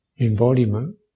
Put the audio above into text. embodiment